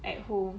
at home